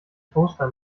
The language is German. toaster